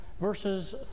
verses